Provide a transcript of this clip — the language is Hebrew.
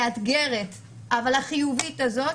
והמאתגרת אבל החיובית הזאת,